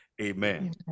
Amen